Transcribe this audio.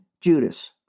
Judas